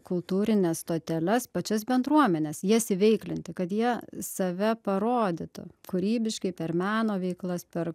kultūrines stoteles pačias bendruomenes jas įveiklinti kad jie save parodytų kūrybiškai per meno veiklas per